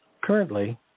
Currently